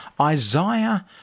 Isaiah